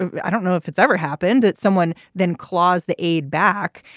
ah i don't know if it's ever happened at someone, then clause the aide back.